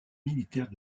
militaire